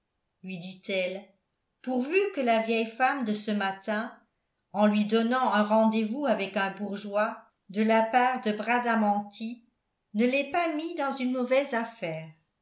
lui dit-elle pourvu que la vieille femme de ce matin en lui donnant un rendez-vous avec un bourgeois de la part de bradamanti ne l'ait pas mis dans une mauvaise affaire